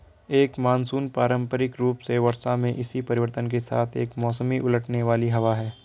एक मानसून पारंपरिक रूप से वर्षा में इसी परिवर्तन के साथ एक मौसमी उलटने वाली हवा है